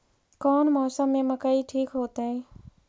कौन मौसम में मकई ठिक होतइ?